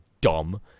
dumb